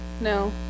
No